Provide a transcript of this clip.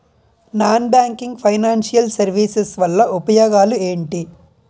Non banking financial services వల్ల ఉపయోగాలు ఎంటి?